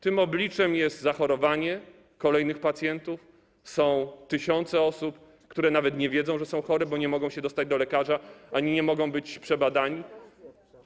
Tym obliczem są zachorowania kolejnych pacjentów, są tysiące osób, które nawet nie wiedzą, że są chore, bo nie mogą się dostać do lekarza ani nie mogą być przebadane.